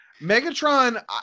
Megatron